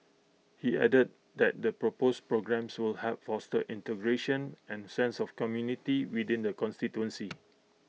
he added that the proposed programmes will help foster integration and A sense of community within the constituency